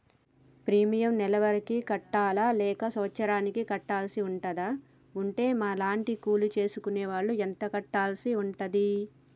Premium నెల నెలకు కట్టాలా లేక సంవత్సరానికి కట్టాల్సి ఉంటదా? ఉంటే మా లాంటి కూలి చేసుకునే వాళ్లు ఎంత కట్టాల్సి ఉంటది?